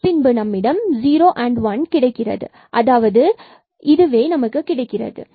பின்பு மீண்டுமாக நம்மிடம் 0and 1 கிடைக்கிறது அதாவது e 1 ஒன்று மீண்டும் அதுவே கிடைக்கிறது